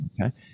okay